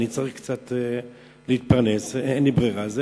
צריך להתפרנס, אין ברירה, זה